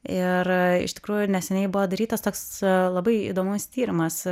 ir iš tikrųjų neseniai buvo darytas toks labai įdomus tyrimas